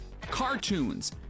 cartoons